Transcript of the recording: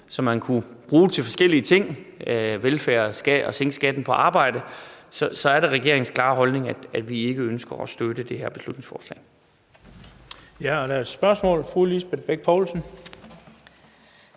som man kunne bruge til forskellige ting – velfærd, sænke skatten på arbejde – så er det regeringens klare holdning, at vi ikke ønsker at støtte det her beslutningsforslag.